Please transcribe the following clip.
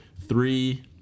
Three